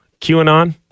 QAnon